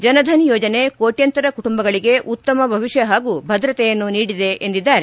ಜನ್ಧನ್ ಯೋಜನೆ ಕೋಟ್ಯಾಂತರ ಕುಟುಂಬಗಳಿಗೆ ಉತ್ತಮ ಭವಿಷ್ಯ ಹಾಗೂ ಭದ್ರತೆಯನ್ನು ನೀಡಿದೆ ಎಂದಿದ್ದಾರೆ